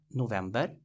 november